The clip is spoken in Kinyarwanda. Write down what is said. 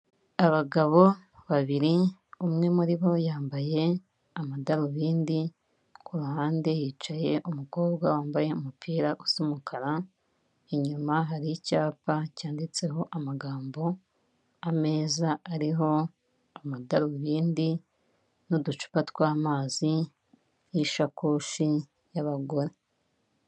Abagabo babiri umwe muri bo yambaye amadarubindi; kuruhande hicaye umukobwa wambaye umupira usa umukara; inyuma hari icyapa cyanditseho amagambo; ameza ariho amadarubindi, n'uducupa tw'amazi, n'ishakoshi y'abagore.